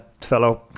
fellow